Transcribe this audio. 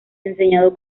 enseñado